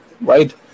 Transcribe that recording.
Right